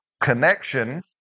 connection